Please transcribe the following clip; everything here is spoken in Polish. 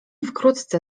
wkrótce